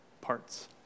parts